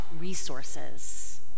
resources